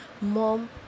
Mom